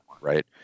Right